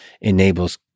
enables